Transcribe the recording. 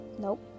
nope